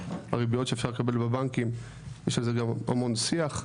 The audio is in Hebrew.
הריביות שאפשר לקבל בבנקים יש על זה גם המון שיח,